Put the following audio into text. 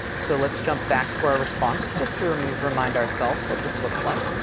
so let's jump back to our response just to remind remind ourselves what this looks like.